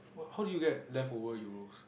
wha~ how do you get leftover euros